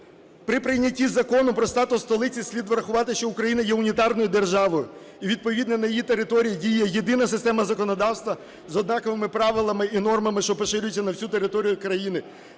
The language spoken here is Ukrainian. При прийнятті Закону про статус столиці слід врахувати, що Україна є унітарною державою, і відповідно на її території діє єдина система законодавства з однаковими правилами і нормами, що поширюються на всю територію країни.